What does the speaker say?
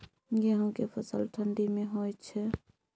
गेहूं के फसल ठंडी मे होय छै?